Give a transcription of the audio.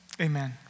Amen